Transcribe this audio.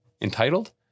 entitled